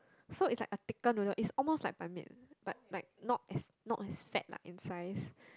so it's like a thicker noodle it's almost like ban-mian but like not as not as fat like in size